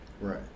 Right